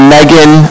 Megan